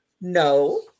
No